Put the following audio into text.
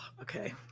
Okay